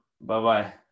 Bye-bye